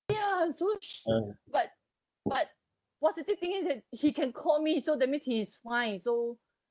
ya so but but positive thing is that he can call me so that means he is fine so